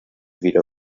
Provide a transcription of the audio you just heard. wieder